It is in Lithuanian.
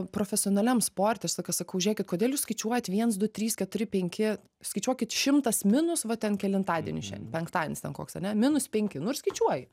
profesionaliam sporte aš tokia sakau žiūrėkit kodėl jūs skaičiuojat viens du trys keturi penki skaičiuokit šimtas minus va ten kelintadienis šiandien penktadienis ten koks ane minus penki nu ir skaičiuoji